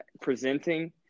presenting